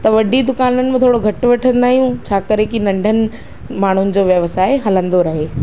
त वॾी दुकाननि मां थोरो घटि वठंदा आहियूं छा करे की नंढनि माण्हुनि जो व्यवसाय हलंदो रहे